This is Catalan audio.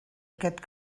aquest